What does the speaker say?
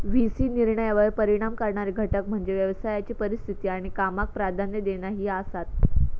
V C निर्णयांवर परिणाम करणारे घटक म्हणजे व्यवसायाची परिस्थिती आणि कामाक प्राधान्य देणा ही आसात